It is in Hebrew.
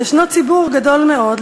יש ציבור גדול מאוד,